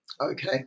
Okay